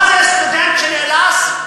מה זה סטודנט שנאלץ,